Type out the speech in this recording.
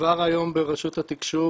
כבר היום ברשות התקשוב